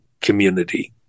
community